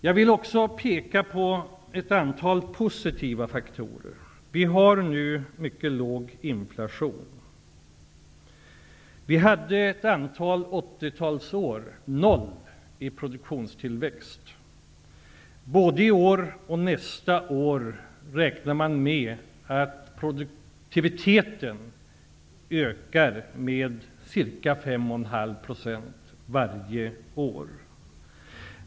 Jag vill också peka på ett antal positiva faktorer. Vi har nu mycket låg inflation. Under ett antal år på 80-talet hade vi ingen produktionstillväxt, men för både 1992 och 1993 beräknas produktiviteten öka med ca 5,5 % varje år.